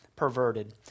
perverted